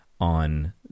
on